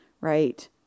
right